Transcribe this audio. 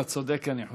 אתה צודק, אני חושב,